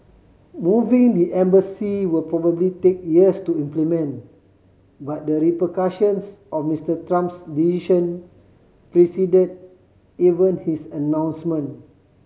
moving the embassy will probably take years to implement but the repercussions of Mister Trump's decision preceded even his announcement